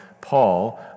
Paul